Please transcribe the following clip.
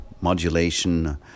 modulation